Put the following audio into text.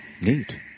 Neat